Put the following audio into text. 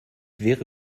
wäre